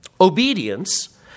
Obedience